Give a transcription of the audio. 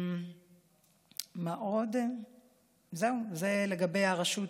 זהו, זה לגבי הרשות,